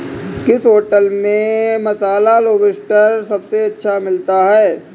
किस होटल में मसाला लोबस्टर सबसे अच्छा मिलता है?